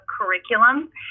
curriculum